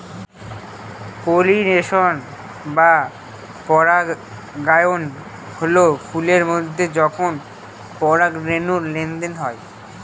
pollination বা পরাগায়ন হল ফুলের মধ্যে যখন পরাগরেনুর লেনদেন হয়